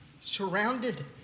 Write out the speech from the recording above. surrounded